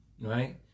right